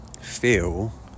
feel